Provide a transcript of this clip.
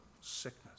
sickness